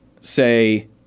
say